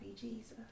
Jesus